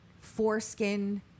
foreskin